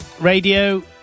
Radio